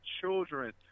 children